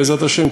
בעזרת השם,